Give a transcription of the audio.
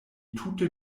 tute